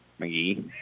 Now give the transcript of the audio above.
McGee